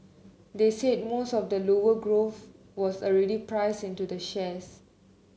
they said most of the lower growth was already priced into the shares